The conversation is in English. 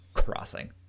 crossing